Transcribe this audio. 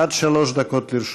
עד שלוש דקות לרשותך.